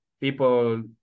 people